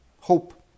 Hope